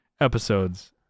episodes